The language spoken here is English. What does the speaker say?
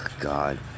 God